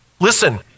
Listen